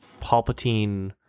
Palpatine